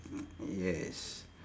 yes